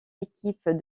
équipe